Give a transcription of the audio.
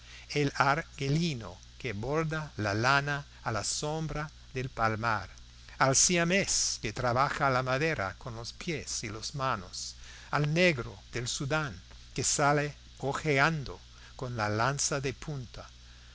burro al argelino que borda la lana a la sombra del palmar al siamés que trabaja la madera con los pies y las manos al negro del sudán que sale ojeando con la lanza de punta